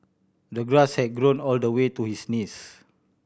the grass had grown all the way to his knees